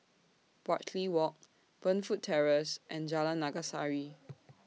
Bartley Walk Burnfoot Terrace and Jalan Naga Sari